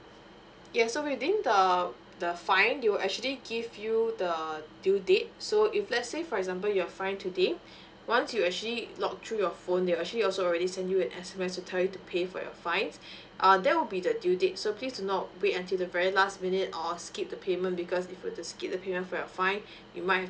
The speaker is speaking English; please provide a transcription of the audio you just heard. yes so within the the fine they will actually give you the due date so if let's say for example you're fined today once you actually log through your phone they'll actually also already sent you an S_M_S to tell you to pay for your fines err there would be the due date so please do not wait until the very last minute or skip the payment because if you were to skip the payment for your fine you might